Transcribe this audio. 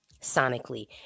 sonically